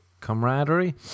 camaraderie